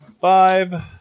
five